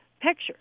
pictures